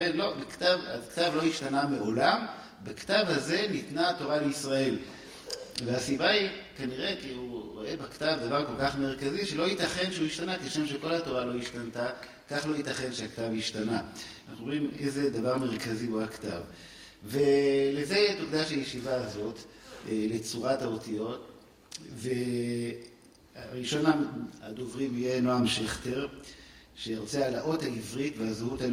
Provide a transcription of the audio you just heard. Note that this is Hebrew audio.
אז כתב לא השתנה מעולם, בכתב הזה ניתנה התורה לישראל. והסיבה היא, כנראה כי הוא רואה בכתב דבר כל כך מרכזי, שלא ייתכן שהוא השתנה, כשם שכל התורה לא השתנתה, כך לא ייתכן שהכתב השתנה. אנחנו רואים איזה דבר מרכזי הוא הכתב. ולזה תוקדש הישיבה הזאת, לצורת האותיות. הץראשון הדוברים יהיה נועם שכטר, שירצה על האות העברית והזהות הלאומית